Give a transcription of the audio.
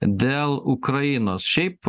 dėl ukrainos šiaip